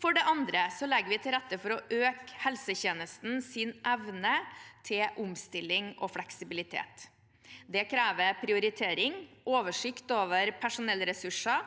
For det andre legger vi til rette for å øke helsetjenestens evne til omstilling og fleksibilitet. Det krever prioritering, oversikt over personellressurser